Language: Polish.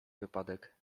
wypadek